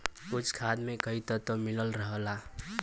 कुछ खाद में कई तत्व मिलल रहला